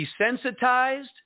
desensitized